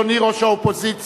אדוני ראש האופוזיציה,